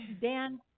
Dan